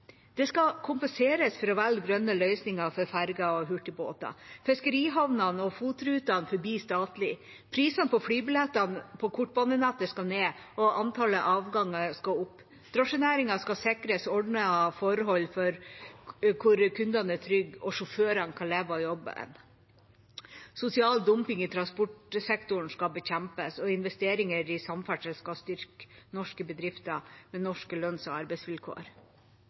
Det skal kompenseres for å velge grønne løsninger for ferger og hurtigbåter. Fiskerihavnene og FOT-rutene forblir statlige. Prisene på flybillettene på kortbanenettet skal ned, og antallet avganger skal opp. Drosjenæringen skal sikres ordnede forhold hvor kundene er trygge og sjåførene kan leve av jobben. Sosial dumping i transportsektoren skal bekjempes, og investeringer i samferdsel skal styrke norske bedrifter med norske lønns- og arbeidsvilkår.